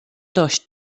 dość